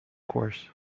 course